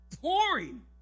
pouring